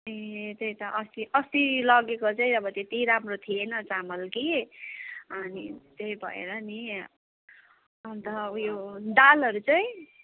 ए त्यही त अस्ति अस्ति लगेको चाहिँ अब त्यति राम्रो थिएन चामल कि अनि त्यही भएर नि अन्त उयो दालहरू चाहिँ